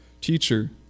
Teacher